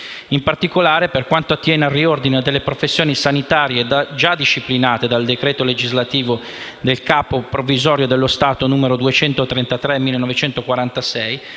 In particolare, per quanto attiene al riordino delle professioni sanitarie già disciplinate dal decreto legislativo del Capo provvisorio dello Stato n. 233 del 1946,